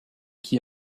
qui